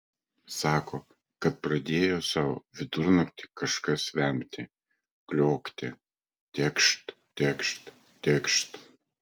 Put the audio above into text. sako kad pradėjo sau vidurnaktį kažkas vemti kliokti tekšt tekšt tekšt